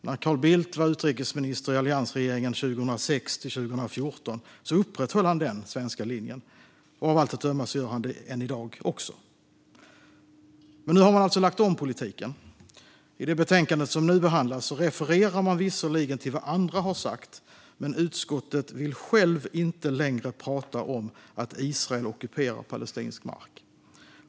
När Carl Bildt var utrikesminister i alliansregeringen 2006-2014 upprätthöll han denna svenska linje. Av allt att döma gör han det också än i dag. Men nu har man alltså lagt om politiken. I det betänkande som nu behandlas refererar man visserligen till vad andra har sagt, men utskottet vill självt inte längre prata om att Israel ockuperar palestinsk mark.